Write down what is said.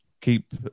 keep